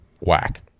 whack